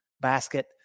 basket